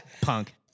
punk